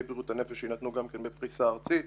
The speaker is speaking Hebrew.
בריאות הנפש שיינתנו גם הם בפריסה ארצית.